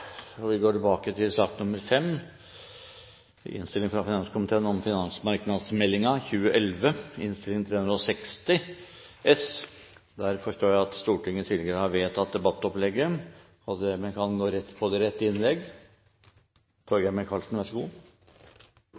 avsluttet. Vi går tilbake til debatten i sak nr. 5. Presidenten forstår at Stortinget tidligere har vedtatt debattopplegget, og dermed kan vi gå direkte på det rette innlegg.